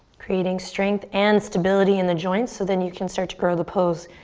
creating strength and stability in the joints so then you can start to grow the pose